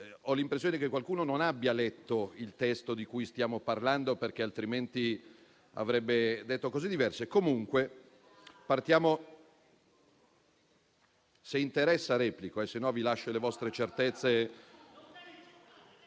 ho l'impressione che qualcuno non abbia letto il testo di cui stiamo parlando, perché altrimenti avrebbe detto cose diverse. *(Commenti)*. Se interessa replico, altrimenti vi lascio alle vostre certezze.